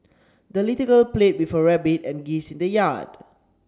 the little girl played with her rabbit and geese in the yard